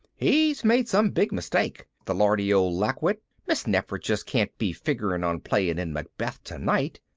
he's made some big mistake, the lardy old lackwit. miss nefer just can't be figuring on playing in macbeth tonight.